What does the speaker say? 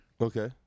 Okay